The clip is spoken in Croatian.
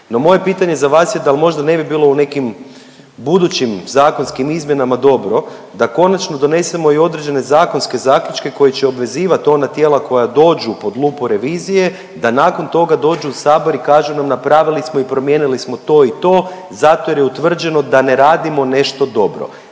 No moje pitanje za vas je da l' možda ne bi bilo u nekim budućim zakonskim izmjenama dobro da konačno donesemo i određene zakonske zaključke koje će obvezivati ona tijela koja dođu pod lupu revizije, da nakon toga dođu u Sabor i kažu nam, napravili smo i promijenili smo to i to zato jer je utvrđeno da ne radimo nešto dobro.